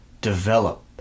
develop